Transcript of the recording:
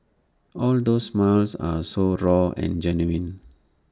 all those smiles are so raw and genuine